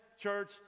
church